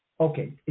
Okay